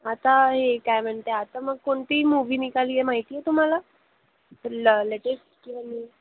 आता हे काय म्हणते आता मग कोणती मूव्ही निघाली आहे माहिती आहे तुम्हाला ल लेटेस्ट किंवा मी